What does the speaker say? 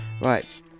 Right